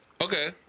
Okay